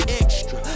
extra